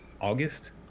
August